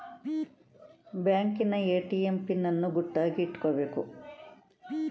ಬ್ಯಾಂಕಿನ ATM PIN ಅನ್ನು ಗುಟ್ಟಾಗಿ ಇಟ್ಕೊಬೇಕು